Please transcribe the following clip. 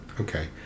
Okay